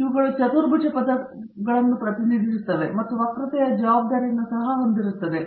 ಇವುಗಳು ಚತುರ್ಭುಜ ಪದಗಳನ್ನು ಪ್ರತಿನಿಧಿಸುತ್ತವೆ ಮತ್ತು ವಕ್ರತೆಯ ಜವಾಬ್ದಾರಿಯನ್ನು ಸಹಾ ಹೊಂದಿರುತ್ತದೆ